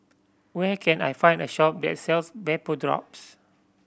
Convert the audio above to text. where can I find a shop that sells Vapodrops